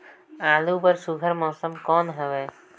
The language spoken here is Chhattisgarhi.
आलू बर सुघ्घर मौसम कौन हवे?